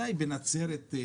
אולי בנצרת.